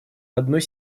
одной